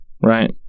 right